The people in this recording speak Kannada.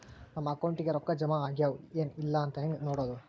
ನಮ್ಮ ಅಕೌಂಟಿಗೆ ರೊಕ್ಕ ಜಮಾ ಆಗ್ಯಾವ ಏನ್ ಇಲ್ಲ ಅಂತ ಹೆಂಗ್ ನೋಡೋದು?